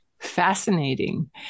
Fascinating